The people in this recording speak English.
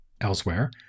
Elsewhere